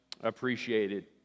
appreciated